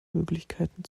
möglichkeiten